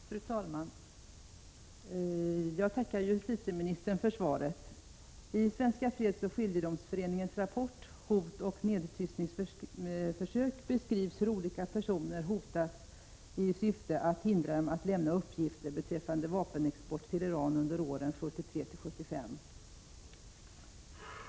Fru talman! Jag tackar justitieministern för svaret. I Svenska fredsoch skiljedomsföreningens rapport ”Hot och nedtystningsförsök” beskrivs hur olika personer hotats i syfte att hindra dem att lämna uppgifter beträffande vapenexport till Iran under åren 1973-1975.